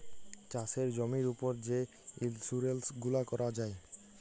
চাষের জমির উপর যে ইলসুরেলস গুলা ক্যরা যায়